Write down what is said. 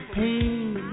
pain